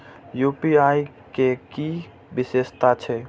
UPI के कि विषेशता छै?